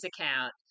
account